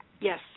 Yes